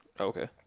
Okay